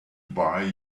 buy